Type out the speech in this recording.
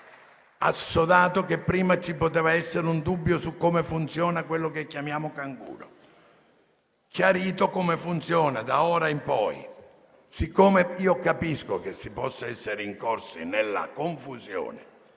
assodato che prima ci poteva essere un dubbio su come funziona quello che chiamiamo canguro; chiarito come funziona da ora in poi, siccome capisco che si possa essere incorsi nella confusione,